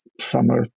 summer